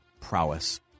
prowess